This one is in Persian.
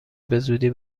بزودی